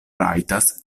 rajtas